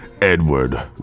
Edward